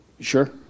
Sure